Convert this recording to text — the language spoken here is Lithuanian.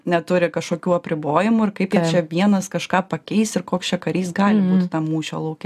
neturi kažkokių apribojimų ir kaip jie čia vienas kažką pakeis ir koks čia karys gali būti tam mūšio lauke